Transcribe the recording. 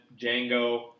Django